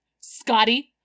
Scotty